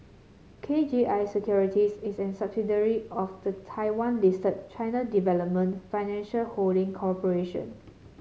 K G I Securities is a subsidiary of the Taiwan listed China Development Financial Holding Corporation